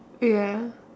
ya